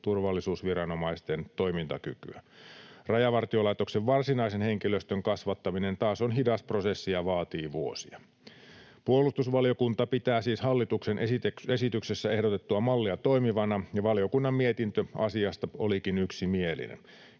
turvallisuusviranomaisten toimintakykyä. Rajavartiolaitoksen varsinaisen henkilöstön kasvattaminen taas on hidas prosessi ja vaatii vuosia. Puolustusvaliokunta pitää siis hallituksen esityksessä ehdotettua mallia toimivana, ja valiokunnan mietintö asiasta olikin yksimielinen.